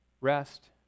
rest